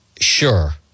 sure